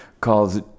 calls